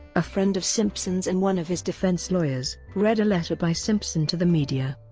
a friend of simpson's and one of his defense lawyers, read a letter by simpson to the media.